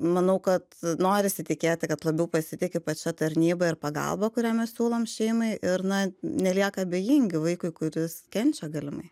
manau kad norisi tikėti kad labiau pasitiki pačia tarnyba ir pagalba kurią mes siūlom šeimai ir na nelieka abejingi vaikui kuris kenčia galimai